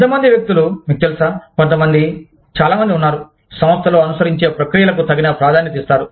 ఎంత మంది వ్యక్తులు మీకు తెలుసా కొంతమంది చాలా మంది ఉన్నారు సంస్థలో అనుసరించే ప్రక్రియలకు తగిన ప్రాధాన్యత ఇస్తారు